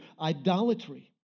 idolatry